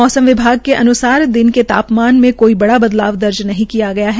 मौसम विभाग के अनुसार दिन के तापमान में कोई बड़ा बदलाव दर्ज नहीं किया गया है